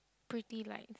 pretty lights